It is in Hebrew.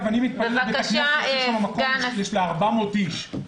אני מתפלל בבית כנסת שיש בו מקום ל-400 איש.